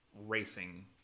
racing